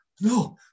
No